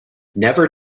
never